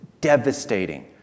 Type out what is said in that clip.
devastating